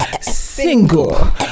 single